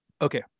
Okay